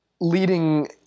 leading